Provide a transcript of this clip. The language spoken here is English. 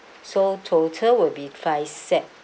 so total will be five set